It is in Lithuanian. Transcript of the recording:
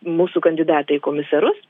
mūsų kandidatą į komisarus